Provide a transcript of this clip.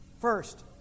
First